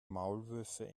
maulwürfe